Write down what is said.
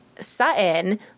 Sutton